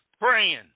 praying